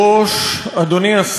אדוני השר,